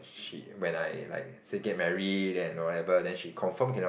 she when I like say get married and whatever then she confirm cannot